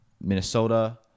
Minnesota